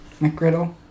McGriddle